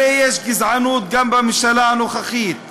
הרי יש גזענות גם בממשלה הנוכחית,